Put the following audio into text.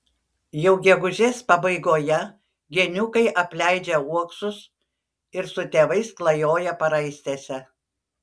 jau gegužės pabaigoje geniukai apleidžia uoksus ir su tėvais klajoja paraistėse